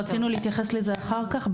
רצינו להתייחס לזה אחר כך,